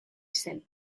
zen